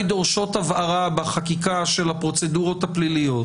דורשות הבהרות בחקיקה של הפרוצדורות הפליליות